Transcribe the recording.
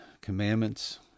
commandments